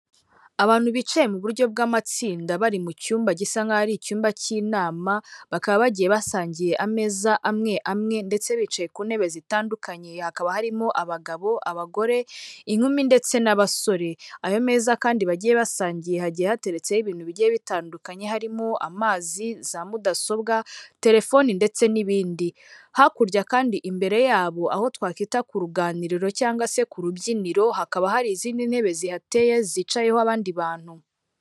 Abantu bicaye mu buryo bw'amatsinda bari mu cyumba gisa nk'aho ari icyumba cy'inama bakaba bagiye basangiye ameza amwe amwe ndetse bicaye ku ntebe zitandukanye, hakaba harimo abagabo, abagore, inkumi ndetse n'abasore, ayo meza kandi bagiye basangiye hagiye hateretseho ibintu bigiye bitandukanye harimo; amazi, za mudasobwa telefone ndetse n'ibindi hakurya kandi imbere yabo aho twakwita ku ruganiriro cyangwa se ku rubyiniro hakaba hari izindi ntebe zihateye zicayeho abandi bantu.